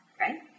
right